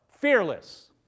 Fearless